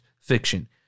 fiction